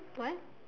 what